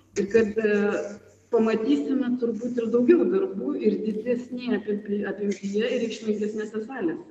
ir kad pamatysime turbūt ir daugiau darbų ir didesnėje api apimtyje reikšmingesnėse salėse